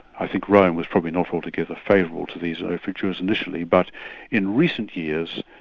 i think rome was probably not altogether favourable to these overtures initially, but in recent years,